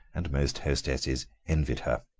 and most hostesses envied her.